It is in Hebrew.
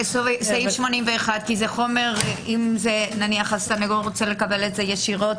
וסעיף 108, אם הסנגור רוצה לקבל את זה ישירות